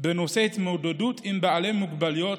בנושא התמודדות עם בעלי מוגבלויות,